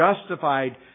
justified